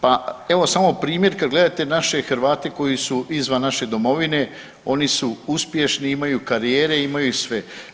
Pa evo samo primjer kad gledate naše Hrvate koji su izvan naše domovine, oni su uspješni, imaju karijere, imaju sve.